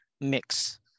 mix